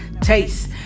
Taste